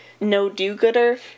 no-do-gooder